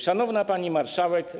Szanowna Pani Marszałek!